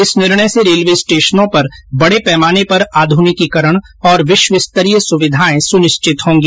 इस निर्णय से रेलवे स्टेशनों पर बड़े पैमाने पर आध्र्निकीकरण और विश्वस्तरीय सुविधाएं सुनिश्चित होंगी